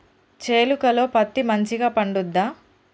చేలుక లో పత్తి మంచిగా పండుద్దా?